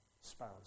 spouse